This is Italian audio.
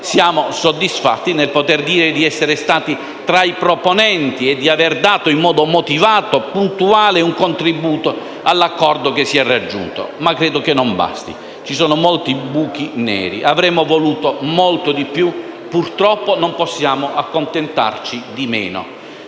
siamo soddisfatti di poter dire di essere stati tra i proponenti e di aver dato, in modo motivato e puntuale, un contributo all'accordo raggiunto. Ma credo che ciò non basti. Ci sono molti buchi neri. Avremmo voluto molto di più e purtroppo non possiamo accontentarci di meno.